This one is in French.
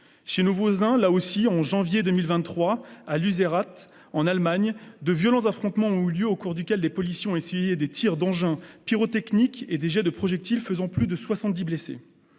chez nos voisins, il y a eu, au mois de janvier 2023, à Lützerath, en Allemagne, de violents affrontements, au cours desquels les policiers ont essuyé des tirs d'engins pyrotechniques et des jets de projectiles, faisant plus de 70 blessés.